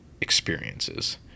experiences